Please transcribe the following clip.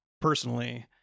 personally